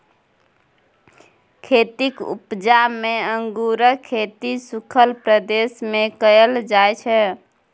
खेतीक उपजा मे अंगुरक खेती सुखल प्रदेश मे कएल जाइ छै